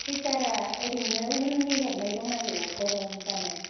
सुवेटारा ओरैनो ऊलनि हेबनाय दंना गैया गरम जानाय